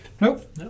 Nope